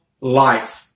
life